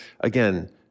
again